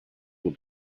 will